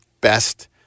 best